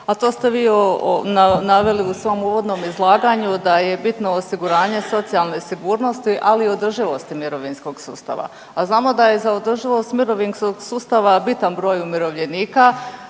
a to ste vi naveli u svom uvodnom izlaganju da je bitno osiguranje socijalne sigurnosti, ali i održivosti mirovinskog sustava, a znamo da je za održivost mirovinskog sustava bitan broj umirovljenika,